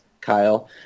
Kyle